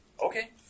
Okay